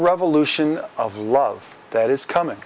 revolution of love that is coming